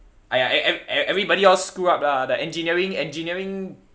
!aiya! e~ e~ everybody all screw up lah the engineering engineering